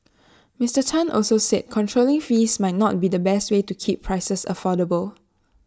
Mister Tan also said controlling fees might not be the best way to keep prices affordable